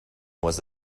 was